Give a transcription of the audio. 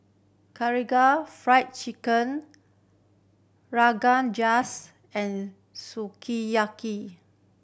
Karaage Fried Chicken Rogan Josh and Sukiyaki